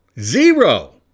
Zero